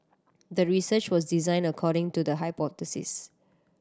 the research was designed according to the hypothesis